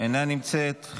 אינה נמצאת,